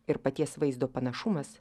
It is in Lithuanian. ir paties vaizdo panašumas